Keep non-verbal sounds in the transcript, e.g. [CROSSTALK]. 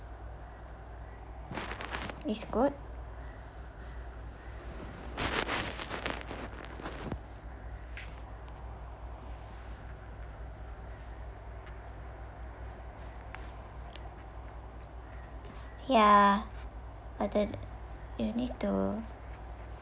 [NOISE] it's good [NOISE] ya but that you need to